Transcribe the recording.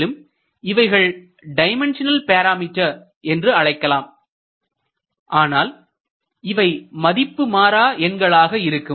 மேலும் இவைகள் dimensional parameter என்று அழைக்கலாம் ஆனால் இவை மதிப்புமாற எண்களாக இருக்கும்